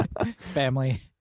family